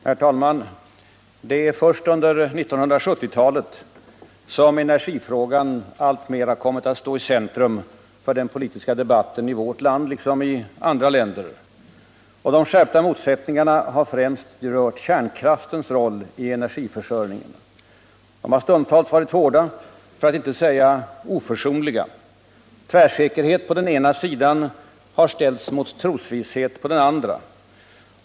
Herr talman! Det är först under 1970-talet som energifrågan alltmer kommit att stå i centrum för den politiska debatten i vårt land liksom i andra länder. De skärpta motsättningarna har främst rört kärnkraftens roll i vår energiförsörjning. De har stundtals varit hårda, för att inte säga oförsonliga. Tvärsäkerhet på den ena sidan har ställts mot trosvisshet på den andra.